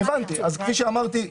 כפי שאמרתי.